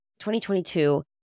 2022